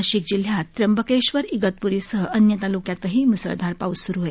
नाशिक जिल्ह्यात त्यंबकेश्वर इगतप्रीसह अन्य तालुक्यांतही म्सळधार पाऊस स्रू आहे